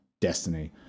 Destiny